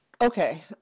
Okay